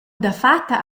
dafatta